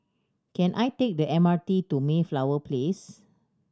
can I take the M R T to Mayflower Place